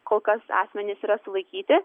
kol kas asmenys yra sulaikyti